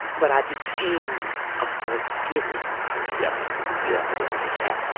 but i became a forgiving person. let's put it like that.